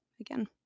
again